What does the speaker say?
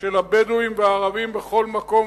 של הבדואים והערבים בכל מקום,